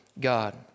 God